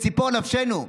שבציפור נפשנו.